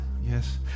Yes